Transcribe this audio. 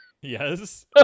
Yes